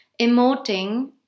emoting